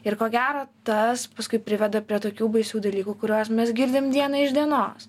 ir ko gero tas paskui priveda prie tokių baisių dalykų kuriuos mes girdim diena iš dienos